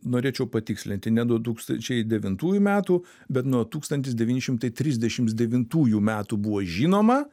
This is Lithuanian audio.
norėčiau patikslinti ne du tūkstančiai devintųjų metų bet nuo tūkstantis devyni šimtai trisdešimt devintųjų metų buvo žinoma